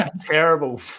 terrible